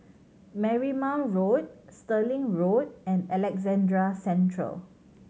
Marymount Road Stirling Road and Alexandra Central